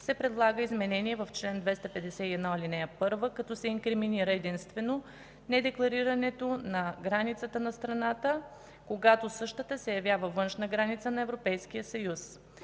се предлага изменение в чл. 251, ал. 1, като се инкриминира единствено недекларирането на границата на страната, когато същата се явява външна граница на Европейския съюз.